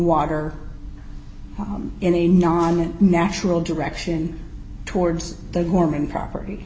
water in a non natural direction towards the mormon property